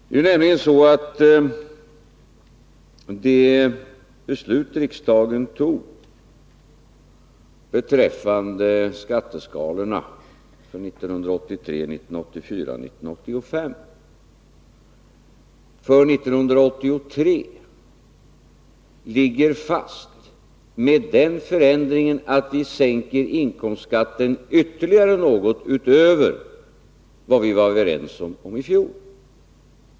Det beslut som riksdagen tog beträffande skatteskalorna för åren 1983-1985 ligger fast för 1983, med den förändringen att vi sänker inkomstskatten ytterligare något utöver vad vi var överens om i fjol.